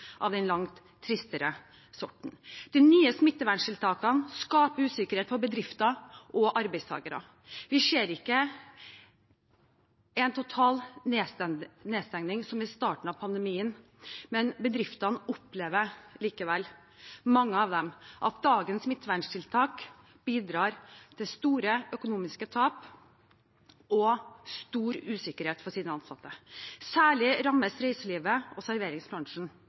av den langt tristere sorten. De nye smittevernstiltakene skaper usikkerhet for bedrifter og arbeidstakere. Vi ser ikke en total nedstenging som i starten av pandemien, men mange av bedriftene opplever likevel at dagens smitteverntiltak bidrar til store økonomiske tap og stor usikkerhet for de ansatte. Særlig rammes reiselivet og serveringsbransjen.